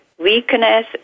weakness